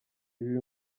ibi